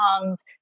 songs